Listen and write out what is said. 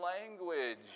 language